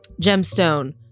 gemstone